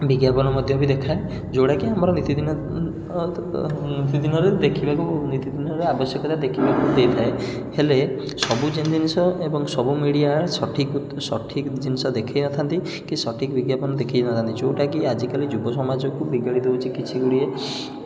ବିଜ୍ଞାପନ ମଧ୍ୟ ବି ଦେଖାଏ ଯେଉଁଟାକି ଆମ ନିତିଦିନ ନିତିଦିନ ବି ଦେଖିବାକୁ ନିତିଦିନରେ ଆବଶ୍ୟକତା ଦେଖିବାକୁ ଦେଇଥାଏ ହେଲେ ସବୁ ଜିନିଷ ଏବଂ ସବୁ ମିଡ଼ିଆ ସଠିକ ସଠିକ ଜିନିଷ ଦେଖେଇ ନଥାନ୍ତି କି ସଠିକ ବିଜ୍ଞାପନ ଦେଖେଇ ନଥାନ୍ତି ଯେଉଁଟାକି ଆଜିକାଲି ଯୁବ ସମାଜକୁ ବିଗାଡ଼ି ଦେଉଛି କିଛି ଗୁଡ଼ିଏ